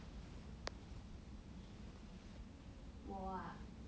我 ah